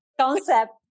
Concept